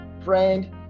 Friend